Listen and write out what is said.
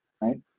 right